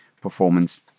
performance